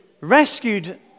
rescued